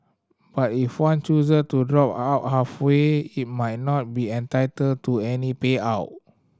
but if one choose to drop out halfway he might not be entitled to any payout